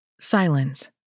Silence